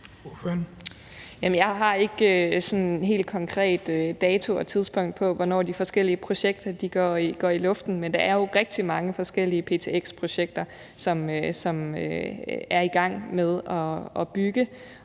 jeg har ikke sådan helt konkret dato og tidspunkt for, hvornår de forskellige projekter går i luften. Men der er jo rigtig mange forskellige ptx-projekter, som man er i gang med at bygge